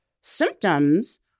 symptoms